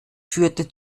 führte